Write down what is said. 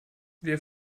wir